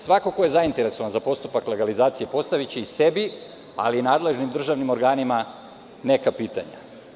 Svako ko je zainteresovan za postupak legalizacije postaviće i sebi, ali i nadležnim državnim organima, neka pitanja.